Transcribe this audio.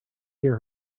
hear